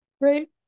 Right